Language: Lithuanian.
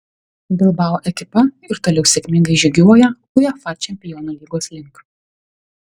bilbao ekipa ir toliau sėkmingai žygiuoja uefa čempionų lygos link